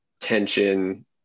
tension